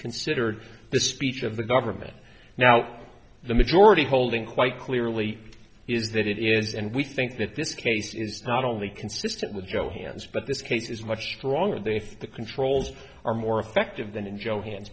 considered the speech of the government now the majority holding quite clearly is that it is and we think that this case is not only consistent with joe hands but this case is much stronger than if the controls are more effective than in johan